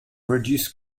reduced